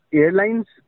airlines